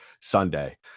sunday